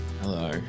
Hello